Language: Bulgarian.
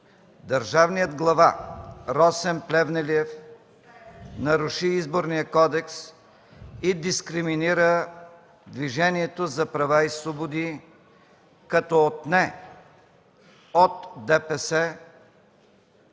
държавният глава Росен Плевнелиев наруши Изборния кодекс и дискриминира Движението за права и свободи, като отне от ДПС